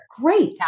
Great